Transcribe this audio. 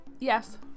Yes